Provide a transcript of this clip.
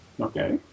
Okay